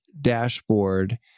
dashboard